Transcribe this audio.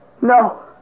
No